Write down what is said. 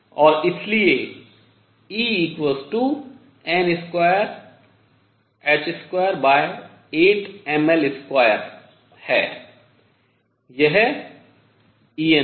और इसलिए En2h28mL2 यह En है